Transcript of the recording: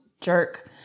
jerk